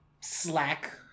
Slack